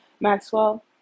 Maxwell